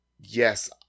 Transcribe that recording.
yes